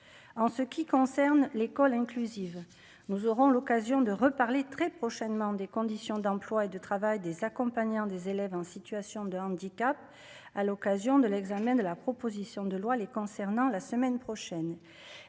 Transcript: en ce qui concerne l'école inclusive, nous aurons l'occasion de reparler très prochainement des conditions d'emploi et de travail des accompagnants des élèves en situation de handicap à l'occasion de l'examen de la proposition de loi les concernant la semaine prochaine,